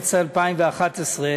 מרס 2011,